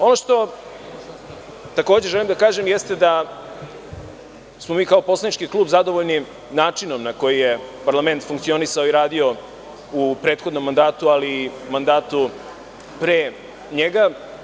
Ono što takođe želim da kažem jeste da smo mi kao poslaničku klub zadovoljni načinom na koji je parlament funkcionisao i radio u prethodnom mandatu, ali i u mandatu pre njega.